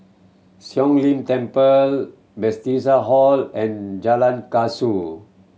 Siong Lim Temple Bethesda Hall and Jalan Kasau